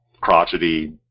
crotchety